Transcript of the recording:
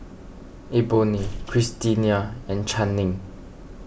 Eboni Christina and Channing